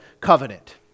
covenant